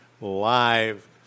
live